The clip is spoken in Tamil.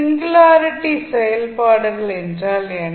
சிங்குலாரிட்டி செயல்பாடுகள் என்றால் என்ன